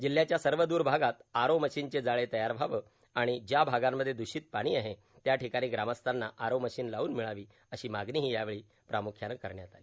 जिल्ह्याच्या सर्वदर भागात आरो मशीनचे जाळे तयार व्हावे आणि ज्या भागांमध्ये दुषित पाणी आहे त्याठिकाणी ग्रामस्थांना आरो मशीन लाव्न मिळावी अशी मागणीही यावेळी प्रामुख्यानं करण्यात आली